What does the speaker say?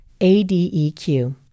ADEQ